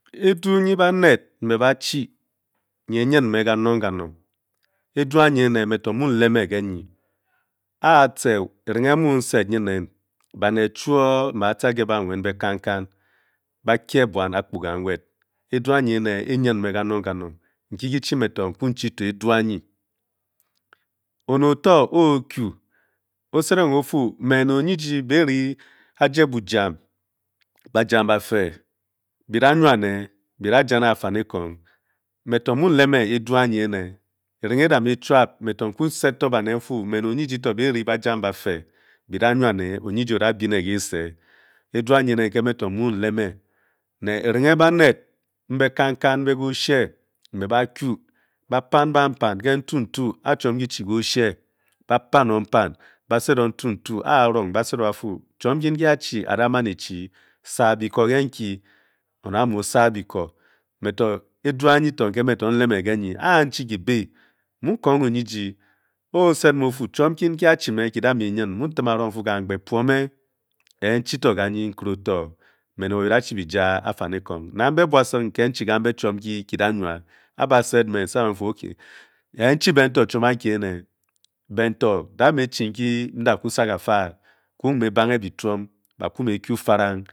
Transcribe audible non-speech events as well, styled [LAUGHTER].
Adu nye ba ned mbe ba chii ne yen me kanor kanor anye metor mu ba kye bian apkorga edu anye ne ayen me nanor kemor aneh otor ot mur osele of me le oye ji be ku odua nye tor nga metor nwu den a ku baned ba ku le oshie ba beni pam mpan ba sel ur entu intu ba sel intien ntie achi a bon manichi sa be koh na be basong nka chie nambe chom ke kepa wha [HESITATION] bentor ken eh bange botume ba kume falanth.